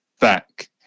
back